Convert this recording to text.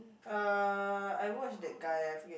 (uh)I watch that guy eh I forget